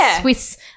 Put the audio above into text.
Swiss